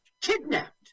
kidnapped